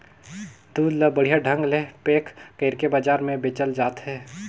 दूद ल बड़िहा ढंग ले पेक कइरके बजार में बेचल जात हे